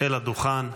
אל הדוכן,